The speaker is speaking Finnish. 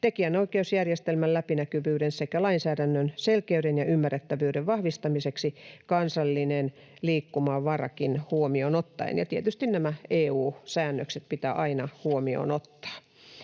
tekijänoikeusjärjestelmän läpinäkyvyyden sekä lainsäädännön selkeyden ja ymmärrettävyyden vahvistamiseksi kansallinen liikkumavara huomioon ottaen.” Ja tietysti nämä EU-säännökset pitää aina huomioon ottaa.